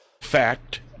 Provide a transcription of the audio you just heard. fact